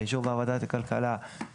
באישור ועדת הכלכלה,